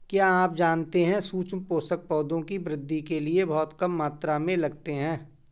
क्या आप जानते है सूक्ष्म पोषक, पौधों की वृद्धि के लिये बहुत कम मात्रा में लगते हैं?